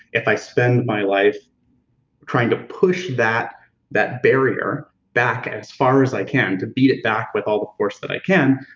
if i spend my life trying to push that that barrier back as far as i can to beat it back with all the force that i can,